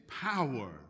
power